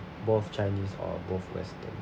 both chinese or both western